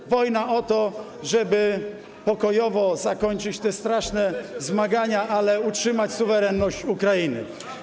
To wojna o to, żeby pokojowo zakończyć te straszne zmagania, ale utrzymać suwerenność Ukrainy.